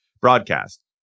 broadcast